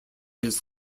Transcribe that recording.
his